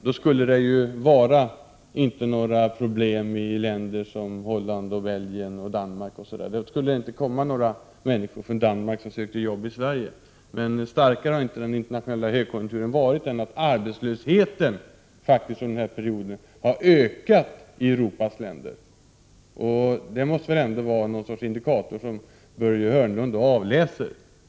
Då skulle det ju inte vara något problem i länder som Holland, Belgien, Danmark osv. Då skulle det inte komma några människor från Danmark och söka jobb i Sverige. Men den internationella högkonjunkturen har inte varit starkare än att arbetslösheten i Europas länder under den här perioden har ökat. Det måste väl ändå vara en indikator som Börje Hörnlund kan avläsa.